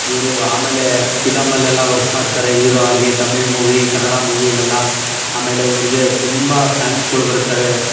ಇವರು ಆಮೇಲೆ ಫಿಲಮಲ್ಲೆಲ್ಲ ವರ್ಕ್ ಮಾಡ್ತಾರೆ ಹೀರೋ ಆಗಿ ತಮಿಳು ಮೂವಿ ಕನ್ನಡ ಮೂವಿಲೆಲ್ಲ ಆಮೇಲೆ ಇವರಿಗೆ ತುಂಬ ಫ್ಯಾನ್ಸ್ಗಳು ಬರ್ತಾರೆ